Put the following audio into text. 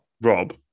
Rob